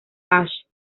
ash